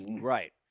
right